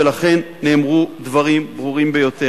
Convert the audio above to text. ולכן נאמרו דברים ברורים ביותר.